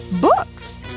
books